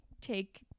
take